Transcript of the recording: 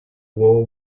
war